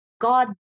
God